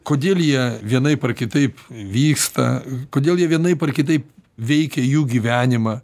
kodėl jie vienaip ar kitaip vyksta kodėl jie vienaip ar kitaip veikia jų gyvenimą